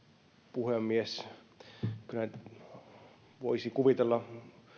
puhemies kyllä nyt voisi kuvitella